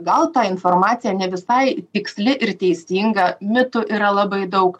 gal ta informacija ne visai tiksli ir teisinga mitų yra labai daug